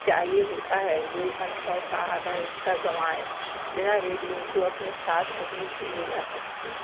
चाहिए होता है लोग अनुभव का आधा हिस्सा गंवाए बिना रेडियों को अपने साथ कहीं भी ले जा सकते हैं